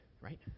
right